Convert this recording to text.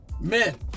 men